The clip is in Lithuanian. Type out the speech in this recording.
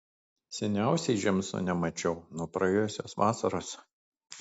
seniausiai džeimso nemačiau nuo praėjusios vasaros